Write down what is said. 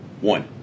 one